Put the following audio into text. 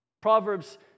Proverbs